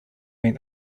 since